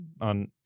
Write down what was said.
on